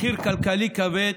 מחיר כלכלי כבד,